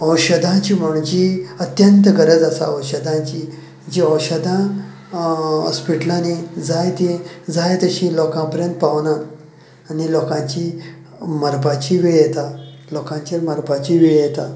औशधाची म्हण जी अत्यंत गरज आसा औशधाची जी औशधां हॉस्पिटलानी जाय ती जाय तशी लोकां परेन पावाना आनी लोकांची मरपाची वेळ येता लोकांचेर मरपाची वेळ येता